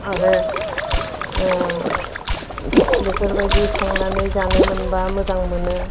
आरो बेफोरबायदि संनानै जानो मोनोबा मोजां मोनो